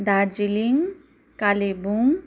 Darjeeling Kalimpong